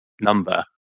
number